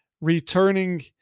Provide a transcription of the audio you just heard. returning